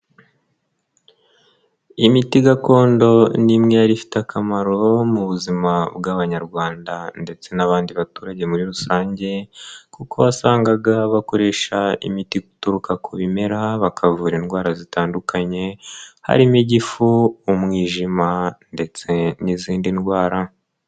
Imiti gakondo ni imwe yari ifite akamaro mu buzima bw'Abanyarwanda ndetse n'abandi baturage muri rusange kuko wasangaga bakoresha imiti ituruka ku bimera bakavura indwara zitandukanye harimo igifu, umwijima ndetse n'izindi ndwara.